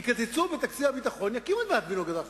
יקצצו בתקציב הביטחון ויקימו את ועדת-וינוגרד החדשה.